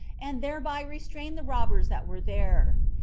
and thereby restrained the robbers that were there.